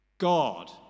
God